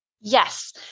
Yes